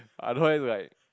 I don't have to like